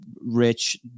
rich